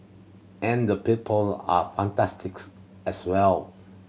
and the people are fantastic as well